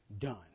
done